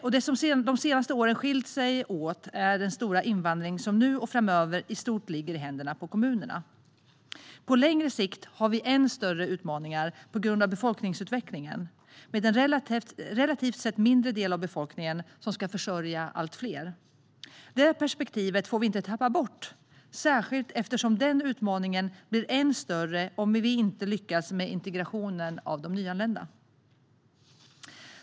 Skillnaden de senaste åren är den stora invandring som nu och framöver i stort ligger i händerna på kommunerna. På längre sikt har vi än större utmaningar på grund av befolkningsutvecklingen, med en relativt sett mindre del av befolkningen som ska försörja allt fler. Det perspektivet får vi inte tappa bort, särskilt eftersom den utmaningen blir än större om vi inte lyckas med integrationen av de nyanlända.